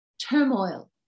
turmoil